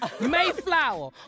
Mayflower